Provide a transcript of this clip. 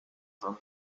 sonne